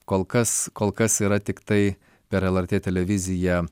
kol kas kol kas yra tiktai per lrt televiziją